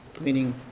meaning